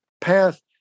path